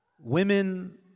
women